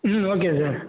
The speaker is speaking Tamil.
ம் ஓகே சார்